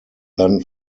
then